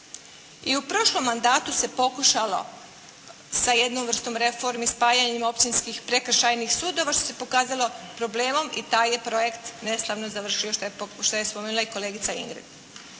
I u prošlom mandatu se pokušalo sa jednom vrstom reformi, spajanjem općinskih, prekršajnih sudova, što se pokazalo problemom i taj je projekt neslavno završio, što je spomenula i kolegica Ingrid.